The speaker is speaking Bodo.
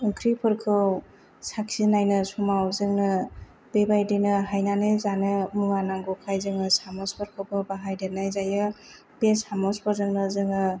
ओंख्रिफोरखौ साखिनायनो समाव जोङो बेबादिनो हायनानै जानो मुवा नांगौखाय जोङो सामजफोरखौबो बाहायदेरनाय जायो बे सामजफोरजोंनो जोङो